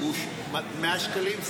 100 שקלים,